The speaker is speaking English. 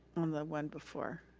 on the one before.